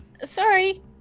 Sorry